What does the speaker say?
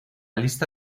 lista